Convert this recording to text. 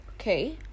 okay